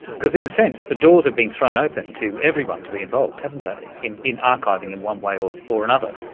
because in a sense the doors have been thrown open to everyone to be involved, haven't they, in in archiving in one way or or another.